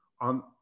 On